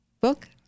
book